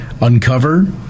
uncover